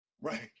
Right